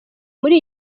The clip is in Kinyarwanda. muri